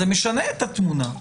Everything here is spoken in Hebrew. זה משנה את התמונה.